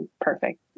perfect